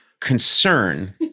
concern